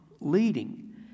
leading